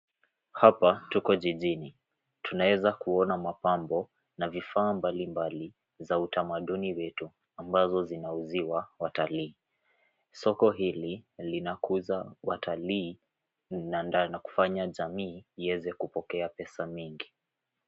Hapa tupo jijini, tunaweza kuona mapambo na vifaa mbalimbali za utamaduni zetu ambazo zinauziwa watalii. Soko hili linakuza watalii na kufanya jamii iweze kupokea pesa mingi.